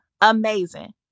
amazing